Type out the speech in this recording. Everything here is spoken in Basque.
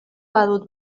badut